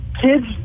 kids